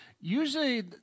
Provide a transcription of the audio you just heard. Usually